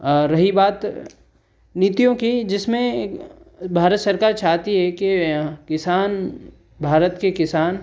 रही बात नीतियों की जिसमें भारत सरकार चाहती है कि किसान भारत के किसान